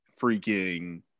freaking